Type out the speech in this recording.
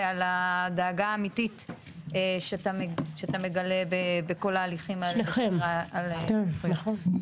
ועל הדאגה האמיתית שאתה מגלה בכל ההליכים האלה בשמירה על זכויות.